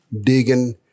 digging